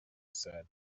said